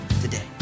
today